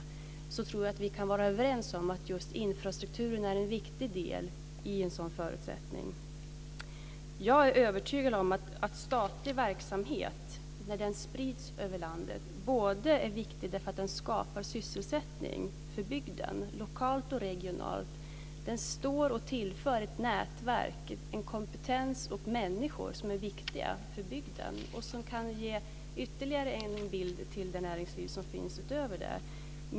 Jag tror att vi kan vara överens om att just infrastrukturen är en viktig del i dessa förutsättningar. Jag är övertygad om att statlig verksamhet är viktig därför att den skapar sysselsättning för bygden lokalt och regionalt när den sprids över landet. Den tillför ett nätverk, en kompetens och människor som är viktiga för bygden. Den kan ge ytterligare tillskott till det näringsliv som finns.